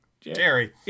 Jerry